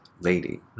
lady